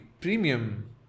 premium